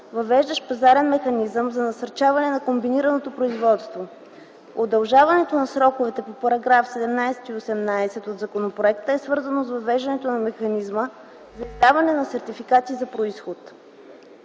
въвеждащ пазарен механизъм за насърчаване на комбинираното производство. Удължаването на сроковете по § 17 и 18 от законопроекта е свързано с въвеждането на механизма за издаване на сертификати за произход.